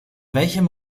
welchem